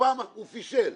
הוא פישל,